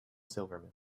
silverman